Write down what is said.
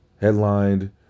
headlined